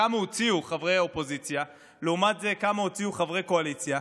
כמה הוציאו חברי אופוזיציה ולעומת זאת כמה הוציאו מחברי הקואליציה.